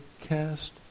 cast